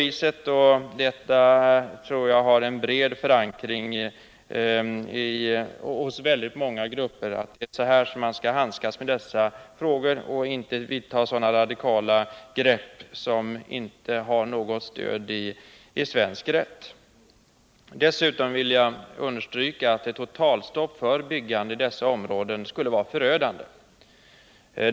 Jag tror också att det finns en bred förankring bland många grupper att man skall handskas så med dessa frågor och inte vidta radikala grepp som inte har något stöd i svensk rättspraxis. Dessutom vill jag understryka att ett totalstopp för byggande i dessa områden skulle vara förödande.